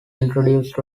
introduced